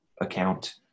account